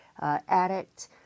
addict